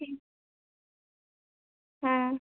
ঠিক হ্যাঁ